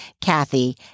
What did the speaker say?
Kathy